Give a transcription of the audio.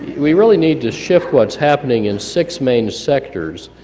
we really need to shift what's happening in six main sectors,